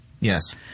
Yes